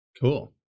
Cool